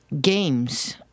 games